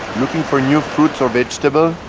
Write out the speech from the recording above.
looking for new fruits or vegetable,